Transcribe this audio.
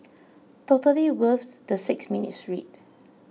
totally worth the six minutes read